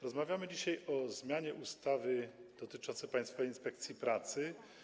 Rozmawiamy dzisiaj o zmianie ustawy dotyczącej Państwowej Inspekcji Pracy.